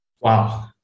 Wow